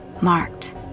Marked